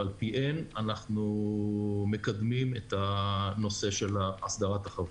ועל פיהן אנחנו מקדמים את הנושא של הסדרת החוות.